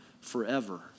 forever